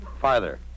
Father